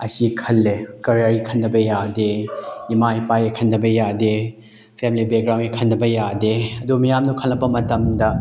ꯑꯁꯤ ꯈꯜꯂꯦ ꯈꯔ ꯈꯟꯗꯕ ꯌꯥꯗꯦ ꯏꯃꯥ ꯏꯄꯥꯒꯤ ꯈꯟꯗꯕ ꯌꯥꯗꯦ ꯐꯦꯃꯤꯂꯤ ꯕꯦꯛꯒ꯭ꯔꯥꯎꯟꯒꯤ ꯍꯟꯗꯕ ꯌꯥꯗꯦ ꯑꯗꯨ ꯃꯌꯥꯝꯗꯣ ꯈꯜꯂꯛꯄ ꯃꯇꯝꯗ